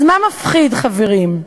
אז מה מפחיד, חברים,